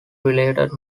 related